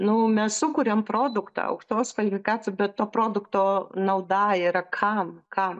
nu mes sukuriam produktą aukštos kvalifikacijos bet to produkto nauda yra kam kam